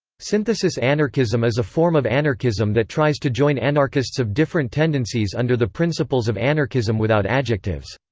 synthesis anarchism is a form of anarchism that tries to join anarchists of different tendencies under the principles of anarchism without adjectives.